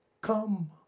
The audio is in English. come